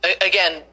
again